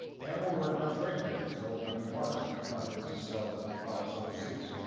and we're working on trade agreements to open up new markets for companies to sell their products overseas.